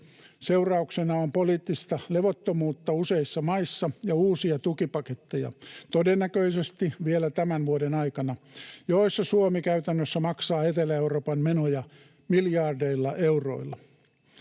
seurauksena on poliittista levottomuutta useissa maissa ja uusia tukipaketteja, todennäköisesti vielä tämän vuoden aikana, joissa Suomi käytännössä maksaa Etelä-Euroopan menoja miljardeilla euroilla.